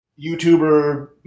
YouTuber